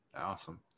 Awesome